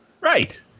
Right